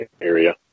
area